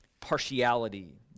partiality